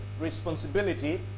responsibility